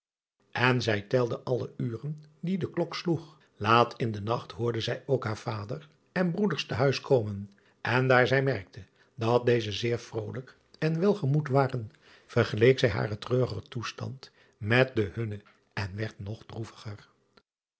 en zij telde alle uren die de klok sloeg aat in den nacht hoorde zij ook haar vader en broeders te huis komen en daar zij merkte dat deze zeer vrolijk en welgemoed waren vergeleek zij haren treurigen toestand met den hunnen en werd nog droeviger